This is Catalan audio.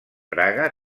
praga